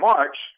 March